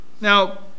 Now